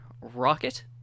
rocket